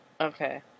Okay